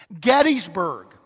Gettysburg